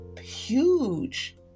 huge